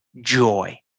joy